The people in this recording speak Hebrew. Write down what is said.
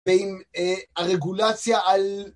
בין הרגולציה על